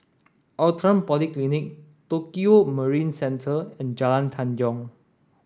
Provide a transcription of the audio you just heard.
Outram Polyclinic Tokio Marine Centre and Jalan Tanjong